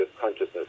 consciousness